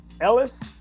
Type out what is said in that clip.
Ellis